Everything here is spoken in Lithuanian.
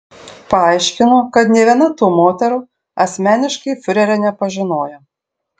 paaiškinu kad nė viena tų moterų asmeniškai fiurerio nepažinojo